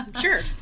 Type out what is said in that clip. sure